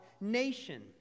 nation